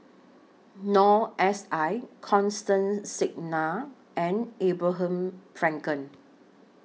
Noor S I Constance Singam and Abraham Frankel